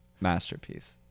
Masterpiece